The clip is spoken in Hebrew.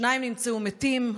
שניים נמצאו מתים,